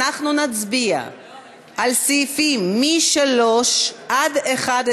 אנחנו נצביע על סעיפים 3 11,